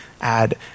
add